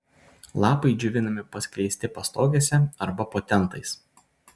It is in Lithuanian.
lapai džiovinami paskleisti pastogėse arba po tentais